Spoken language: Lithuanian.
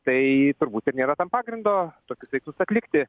tai turbūt ir nėra tam pagrindo tokius veiksmus atlikti